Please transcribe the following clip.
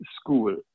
School